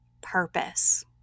purpose